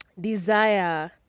desire